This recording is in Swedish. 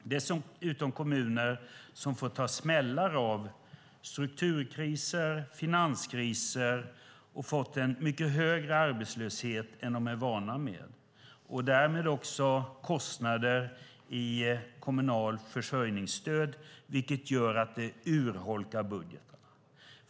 Dessutom är det kommuner som får ta smällar av strukturkriser och finanskriser och som fått en mycket högre arbetslöshet än vad de är vana vid och därmed kostnader i kommunalt försörjningsstöd, vilket gör att det urholkar budgeten.